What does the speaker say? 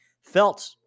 felt